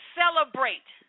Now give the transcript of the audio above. celebrate